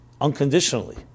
unconditionally